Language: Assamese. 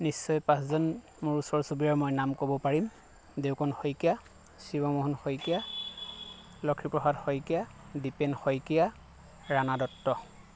নিশ্চয় পাঁচজন মোৰ ওচৰ চুবুৰীয়া মই নাম ক'ব পাৰিম দেউকণ শইকীয়া শিৱমোহন শইকীয়া লক্ষীপ্ৰসাদ শইকীয়া দ্ৱীপেন শইকীয়া ৰাণা দত্ত